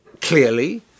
Clearly